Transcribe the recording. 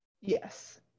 Yes